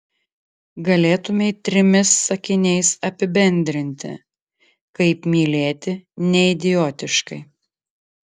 galėtumei trimis sakiniais apibendrinti kaip mylėti neidiotiškai